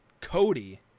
Cody